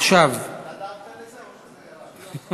אתה דאגת לזה או